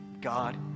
God